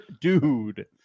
dude